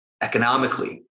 economically